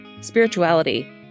spirituality